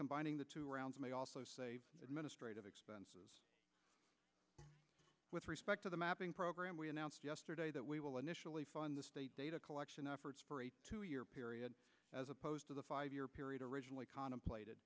combining the two rounds may also administrative expenses with respect to the mapping program we announced yesterday that we will initially fund the data collection efforts for a two year period as opposed to the five year period originally